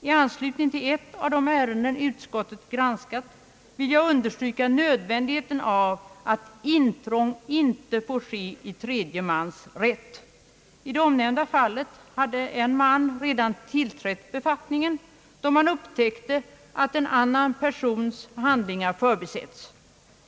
I anslutning till ett av de ärenden utskottet granskat vill jag understryka nödvändigheten av att intrång inte får ske i tredje mans rätt. I det omnämnda fallet hade en person redan tillträtt befattningen, då det upptäcktes att en annan sökandes handlingar förbisetts.